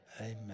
Amen